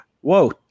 Whoa